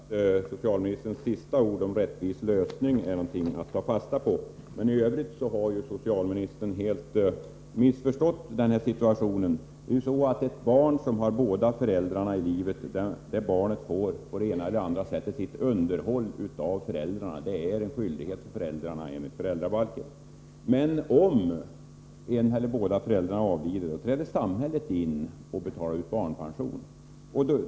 Herr talman! Jag hoppas att de sista orden i socialministerns inlägg nyss om en rättvis lösning är någonting att ta fasta på. I övrigt har socialministern helt missförstått situationen. Det förhåller sig nämligen på det sättet, att ett barn som har båda föräldrarna i livet på ett eller annat sätt får sitt underhåll genom föräldrarna. Enligt föräldrabalken är det en skyldighet för föräldrarna. Men om en eller båda föräldrarna avlider, träder samhället in och betalar ut barnpension.